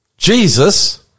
Jesus